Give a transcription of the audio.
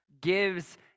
gives